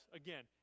again